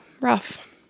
rough